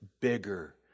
bigger